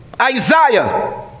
Isaiah